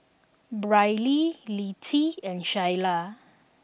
Brylee Littie and Shyla